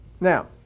Now